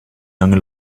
lange